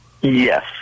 Yes